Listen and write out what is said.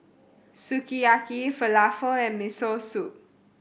Sukiyaki Falafel and Miso Soup